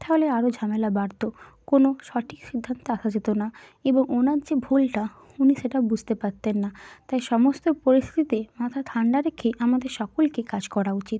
তাহলে আরও ঝামেলা বাড়ত কোনো সঠিক সিদ্ধান্তে আসা যেত না এবং ওনার যে ভুলটা উনি সেটা বুঝতে পারতেন না তাই সমস্ত পরিস্থিতিতে মাথা ঠান্ডা রেখে আমাদের সকলকে কাজ করা উচিত